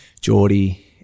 geordie